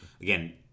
again